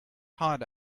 heart